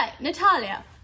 Natalia